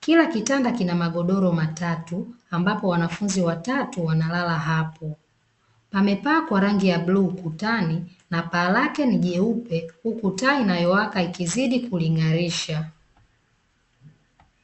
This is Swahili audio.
kila kitanda kina magodoro matatu ambapo wanafunzi watatu wanalala hapo. Pamepakwa rangi ya bluu ukutani, na paa lake ni jeupe, huku taa inayowaka ikizidi kuling'arisha.